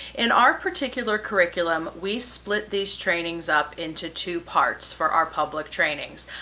in our particular curriculum, we split these trainings up into two parts for our public trainings.